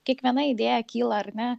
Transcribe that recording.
kiekviena idėja kyla ar ne